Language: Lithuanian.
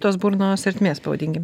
tos burnos ertmės pavadinkim